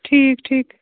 ٹھیٖک ٹھیٖک